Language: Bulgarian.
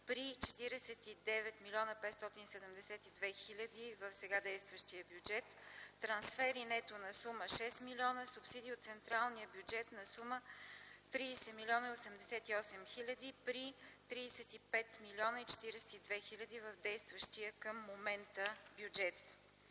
при 49 млн. 542 хил. лв. в сега действащия бюджет, трансфери (нето) на сума 6 млн. лв., субсидии от централния бюджет на сума 30 млн. 088 хил. лв. при 35 млн. 042 хил. лв. в действащия към момента бюджет.